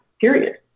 period